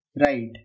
Right